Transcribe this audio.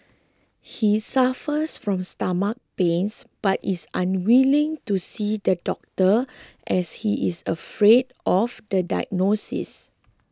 he suffers from stomach pains but is unwilling to see the doctor as he is afraid of the diagnosis